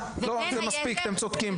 לא, מספיק, 'אתם צודקים'.